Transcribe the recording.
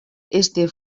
este